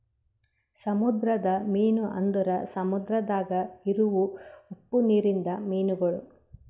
ಸಮುದ್ರದ ಮೀನು ಅಂದುರ್ ಸಮುದ್ರದಾಗ್ ಇರವು ಉಪ್ಪು ನೀರಿಂದ ಮೀನುಗೊಳ್